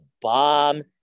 bomb